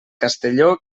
castelló